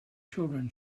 children